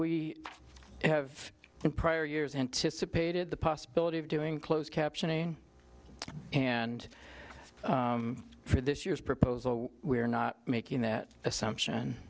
we have in prior years anticipated the possibility of doing closed captioning and for this year's proposal we are not making that assumption